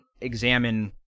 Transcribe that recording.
examine